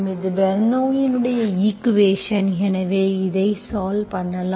இது பெர்னோள்ளியின் ஈக்குவேஷன் எனவே இதைத் சால்வ் பண்ணலாம்